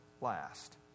last